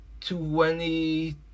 twenty